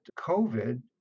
COVID